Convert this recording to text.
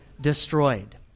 destroyed